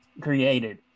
created